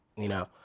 you know?